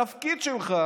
התפקיד שלך